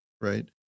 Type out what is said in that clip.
right